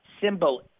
Symbol